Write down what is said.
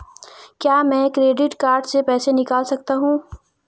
क्या मैं credit card से पैसे निकाल सकता हूँ?